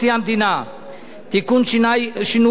שינוי אופן בחירת נשיא המדינה ומבקר המדינה).